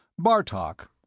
Bartok